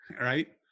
Right